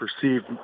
perceived –